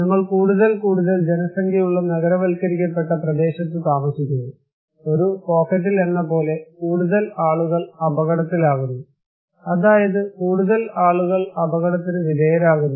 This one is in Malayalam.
ഞങ്ങൾ കൂടുതൽ കൂടുതൽ ജനസംഖ്യയുള്ള നഗരവൽക്കരിക്കപ്പെട്ട പ്രദേശത്തു താമസിക്കുന്നു ഒരു പോക്കറ്റിൽ എന്ന പോലെ കൂടുതൽ ആളുകൾ അപകടത്തിലാകുന്നു അതായത് കൂടുതൽ ആളുകൾ അപകടത്തിനു വിധേയരാകുന്നു